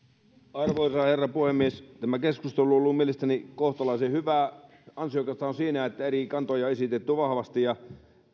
arvoisa herra puhemies tämä keskustelu on ollut mielestäni kohtalaisen hyvää ansiokasta on se että eri kantoja on esitetty vahvasti ja